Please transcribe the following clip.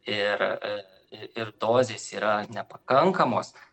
ir ir dozės yra nepakankamos